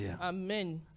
Amen